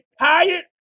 tired